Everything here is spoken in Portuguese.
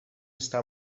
está